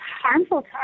harmful